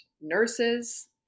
nurses